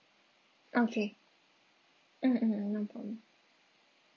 okay mm mm mm no problem